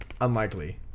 unlikely